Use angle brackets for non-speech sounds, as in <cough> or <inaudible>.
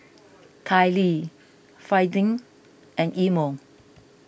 Kailee <unintelligible> and Imo